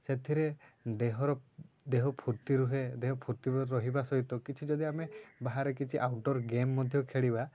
ସେଥିରେ ଦେହର ଦେହ ଫୁର୍ତ୍ତି ରୁହେ ଦେହ ଫୁର୍ତ୍ତି ରହିବା ସହିତ କିଛି ଯଦି ଆମେ ବାହାରେ କିଛି ଆଉଟଡୋର୍ ଗେମ୍ ମଧ୍ୟ ଖେଳିବା